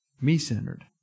Me-centered